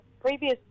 previous